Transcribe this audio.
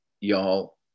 y'all